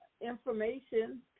information